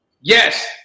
Yes